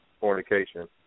fornication